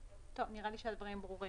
בפיקוח."; בסעיף (3) נראה לי שהדברים ברורים.